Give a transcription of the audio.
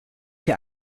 hier